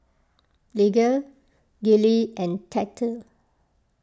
Lige Gillie and Tate